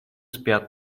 спят